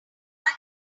much